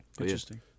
interesting